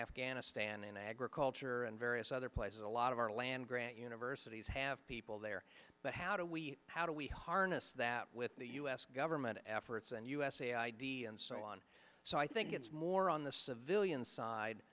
afghanistan and agriculture and various other places a lot of our land grant universities have people there but how do we how do we harness that with the u s government efforts and usa id and so on so i think it's more on the civilian side